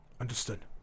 Understood